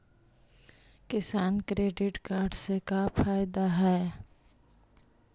किसान credit card से का फायदा है?